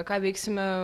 ką veiksime